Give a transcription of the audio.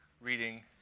reading